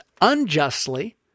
unjustly